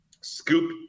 scoop –